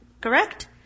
Correct